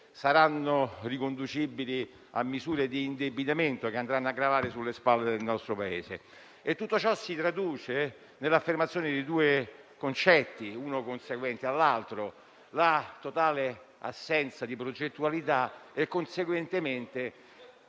sarà riconducibile a misure di indebitamento, che andranno a gravare sulle spalle del nostro Paese. Tutto ciò si traduce nell'affermazione di due concetti, uno conseguente all'altro: la totale assenza di progettualità e, conseguentemente,